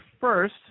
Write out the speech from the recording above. first